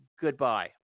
Goodbye